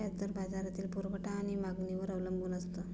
व्याज दर बाजारातील पुरवठा आणि मागणीवर अवलंबून असतो